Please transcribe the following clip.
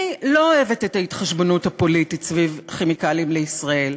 אני לא אוהבת את ההתחשבנות הפוליטית סביב "כימיקלים לישראל",